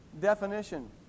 definition